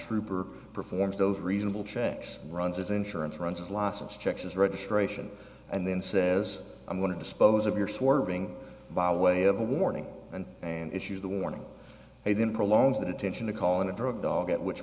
trooper performs those reasonable checks runs his insurance runs his license checks his registration and then says i'm going to dispose of your swerving by way of a warning and and issue the warning he then prolongs that attention to call in a drug dog at which